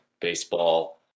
baseball